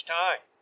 time